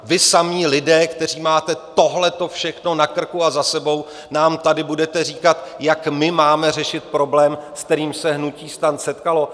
Vy samí lidé, kteří máte tohle všechno na krku a za sebou, nám tady budete říkat, jak my máme řešit problém, s kterým se hnutí STAN setkalo?